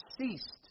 ceased